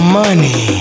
money